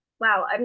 wow